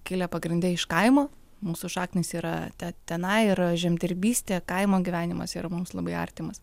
kilę pagrinde iš kaimo mūsų šaknys yra tenai yra žemdirbystė kaimo gyvenimas yra mums labai artimas